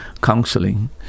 counseling